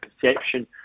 perception